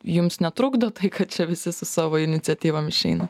jums netrukdo tai kad čia visi su savo iniciatyvom išeina